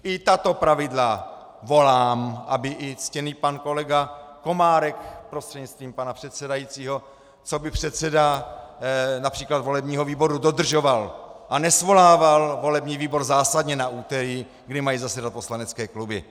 I tato pravidla volám, aby i ctěný pan kolega Komárek prostřednictvím pana předsedajícího coby předseda například volebního výboru dodržoval a nesvolával volební výbor zásadně na úterý, kdy mají zasedat poslanecké kluby.